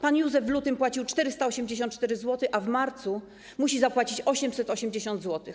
Pan Józef w lutym płacił 484 zł, a w marcu musi zapłacić 880 zł.